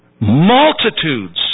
multitudes